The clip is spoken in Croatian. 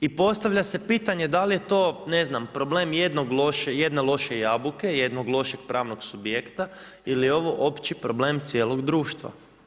I postavlja se pitanje da li je to ne znam problem jedne loše jabuke, jednog lošeg pravnog subjekta ili je ovo opći problem cijelog društva.